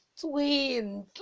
twins